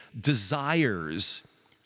desires